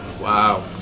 Wow